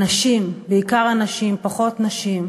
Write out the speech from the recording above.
אנשים, בעיקר אנשים, פחות נשים,